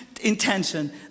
intention